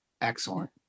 Excellent